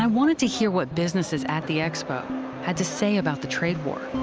um wanted to hear what businesses at the expo had to say about the trade war.